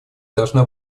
должна